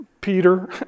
Peter